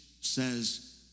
says